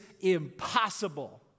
impossible